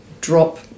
drop